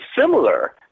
similar